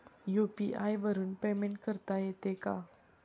UPI वरून payment करता येते का?